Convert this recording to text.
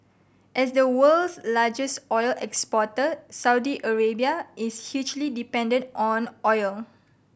as the world's largest oil exporter Saudi Arabia is hugely dependent on oil